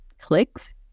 clicks